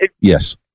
Yes